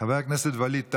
ווליד טאהא,